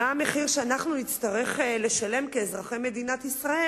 מה המחיר שאנחנו נצטרך לשלם כאזרחי מדינת ישראל